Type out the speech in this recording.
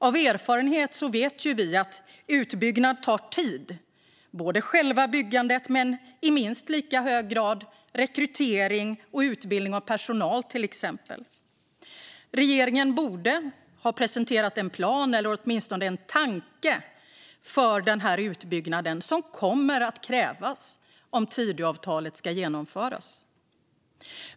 Av erfarenhet vet vi att utbyggnad tar tid, både själva byggandet och i minst lika hög grad rekrytering och utbildning av personal. Regeringen borde ha presenterat en plan för eller åtminstone en tanke om denna utbyggnad som kommer att krävas om Tidöavtalet ska genomföras.